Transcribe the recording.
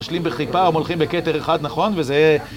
משלים בחיפה המולכים בכתר אחד נכון וזה...